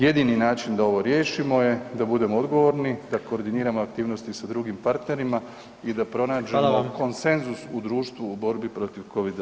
Jedini način da ovo riješimo da budemo odgovorni, da koordiniramo aktivnosti sa drugim partnerima i da pronađemo konsenzus u društvu u borbi protiv covida-19.